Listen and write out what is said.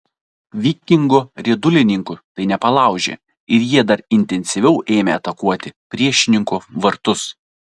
vikingo riedulininkų tai nepalaužė ir jie dar intensyviau ėmė atakuoti priešininko vartus